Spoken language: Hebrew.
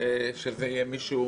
שיחליט מישהו